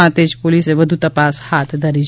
સાંતેજ પોલીસે વધુ તપાસ હાથ ધરી છે